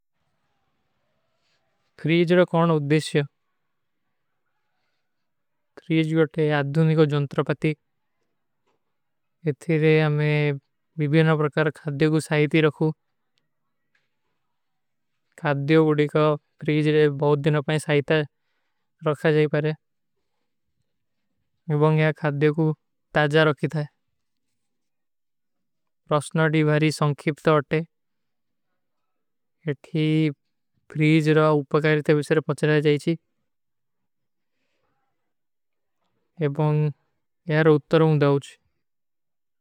ଖ୍ରୀଜ ରୋ କୌନ ଉଦ୍ଧିଶ ହୈ?। ଖ୍ରୀଜ ରୋ ତେ ଆଧୁନୀ କୋ ଜଂତ୍ରପତୀ ହୈ। ଇଠୀ ରେ ଆମେ ବିବେନା ପରକାର ଖାଦ୍ଯୋ କୋ ସାହିତୀ ରଖୂ। ଖାଦ୍ଯୋ ଉଡୀ କୋ ଖ୍ରୀଜ ରେ ବହୁତ ଦିନା ପାରେ ସାହିତା ରଖା ଜାଈ ପାରେ। ଖାଦ୍ଯୋ କୋ ତାଜା ରଖୀ ଥାଏ। ପ୍ରସ୍ନାଦୀ ଭାରୀ ସଂଖିପତ ଅଟେ। ଇଠୀ ଖ୍ରୀଜ ରୋ ଉପକାରୀ ତେ ବିସରେ ପଚଲା ଜାଈଚୀ। ଏବନ ଯାର ଉତ୍ତର ଉଁଦାଊଚ।